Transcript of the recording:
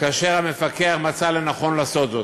כאשר המפקח מצא לנכון לעשות זאת.